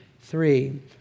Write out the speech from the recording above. three